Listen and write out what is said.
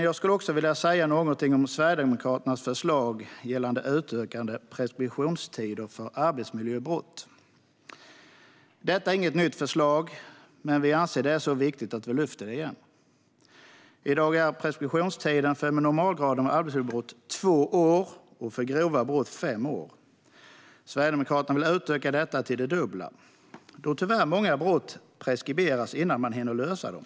Jag skulle också vilja säga något om Sverigedemokraternas förslag gällande utökade preskriptionstider för arbetsmiljöbrott. Detta är inget nytt förslag, men vi anser att det är så viktigt att vi lyfter det igen. I dag är preskriptionstiden för arbetsmiljöbrott av normalgraden två år och för grova brott fem år. Sverigedemokraterna vill öka detta till det dubbla, då många brott tyvärr preskriberas innan man hinner lösa dem.